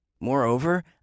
Moreover